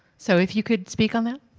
so, if you could speak on that?